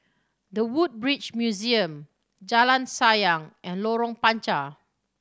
The Woodbridge Museum Jalan Sayang and Lorong Panchar